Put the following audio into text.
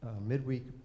midweek